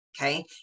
Okay